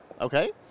Okay